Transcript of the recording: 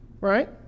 Right